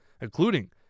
including